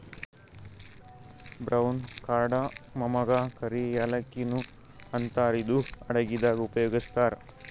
brown ಕಾರ್ಡಮಮಗಾ ಕರಿ ಯಾಲಕ್ಕಿ ನು ಅಂತಾರ್ ಇದು ಅಡಗಿದಾಗ್ ಉಪಯೋಗಸ್ತಾರ್